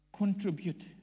Contribute